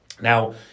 Now